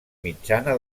mitjana